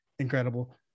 Incredible